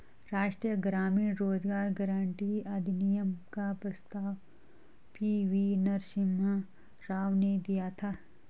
राष्ट्रीय ग्रामीण रोजगार गारंटी अधिनियम का प्रस्ताव पी.वी नरसिम्हा राव ने दिया था